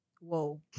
Whoa